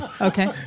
Okay